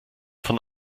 von